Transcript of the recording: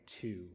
two